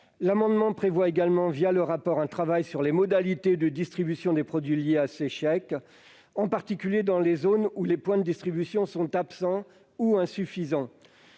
usagers. Nous prévoyons également un travail sur les modalités de distribution des produits liés à ces chèques, en particulier dans les zones où les points de distribution sont absents ou insuffisants.